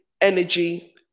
energy